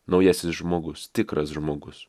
naujasis žmogus tikras žmogus